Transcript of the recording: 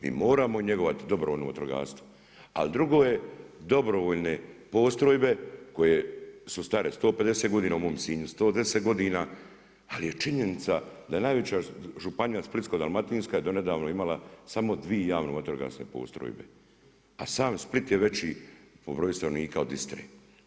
Mi moramo njegovati dobrovoljno vatrogastvo, a drugo je dobrovoljne postrojbe koje su stare 150 godina, u mom Sinju 110 godina, ali je činjenica da je najveća županija Splitsko-dalmatinska je do nedavno imala samo dvije javno-vatrogasne postrojbe, a sam Split je veći po broju stanovnika od Istre.